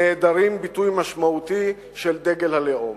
נעדרים ביטוי משמעותי של דגל הלאום.